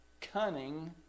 cunning